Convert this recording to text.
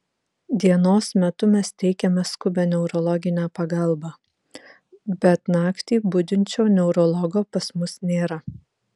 dienos metu mes teikiame skubią neurologinę pagalbą bet naktį budinčio neurologo pas mus nėra